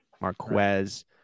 Marquez